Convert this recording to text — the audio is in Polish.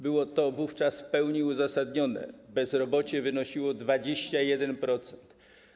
Było to wówczas w pełni uzasadnione, bezrobocie wynosiło 21%.